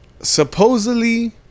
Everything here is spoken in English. supposedly